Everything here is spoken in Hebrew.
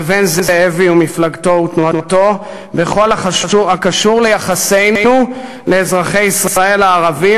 לבין זאבי ומפלגתו ותנועתו בכל הקשור ליחסנו לאזרחי ישראל הערבים,